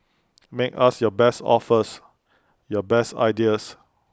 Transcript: make us your best offers your best ideas